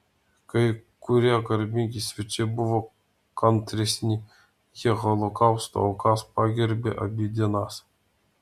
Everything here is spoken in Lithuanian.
kai kurie garbingi svečiai buvo kantresni jie holokausto aukas pagerbė abi dienas